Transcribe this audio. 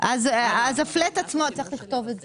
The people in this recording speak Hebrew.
אז צריך לכתוב את זה,